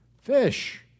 Fish